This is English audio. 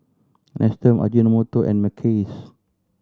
Nestum Ajinomoto and Mackays